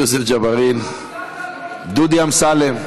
יוסף ג'בארין, דודי אמסלם,